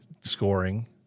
scoring